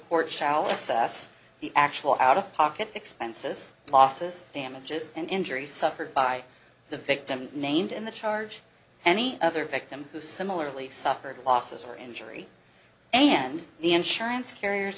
court shall assess the actual out of pocket expenses losses damages and injuries suffered by the victim named in the charge any other victim who similarly suffered losses or injury and the insurance carriers